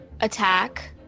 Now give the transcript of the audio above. attack